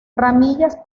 ramillas